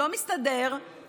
לא מסתדר,